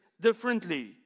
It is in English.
differently